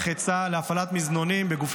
להם כלים